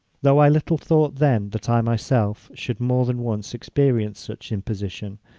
though i little thought then that i myself should more than once experience such imposition,